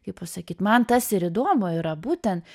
kaip pasakyt man tas ir įdomu yra būtent